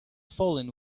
fallen